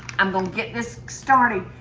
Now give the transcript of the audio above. and but i'm get this started,